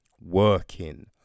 working